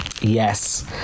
yes